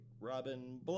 Robin